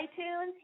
iTunes